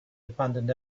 abandoned